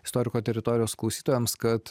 istoriko teritorijos klausytojams kad